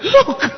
Look